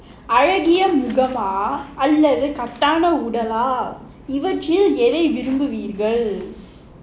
அழகிய முகமா இல்லை கட்டான உடலா இவற்றில் எதை விரும்புவீர்கள்:azhakiya mugamaa illai kattana udalaa ivatril edhai virumbuveergal